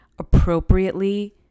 appropriately